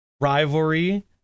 rivalry